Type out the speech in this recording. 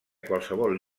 qualsevol